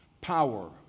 power